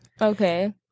Okay